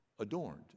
Adorned